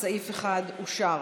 סעיף 1 אושר.